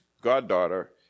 goddaughter